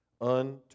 unto